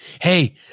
Hey